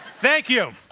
thank you!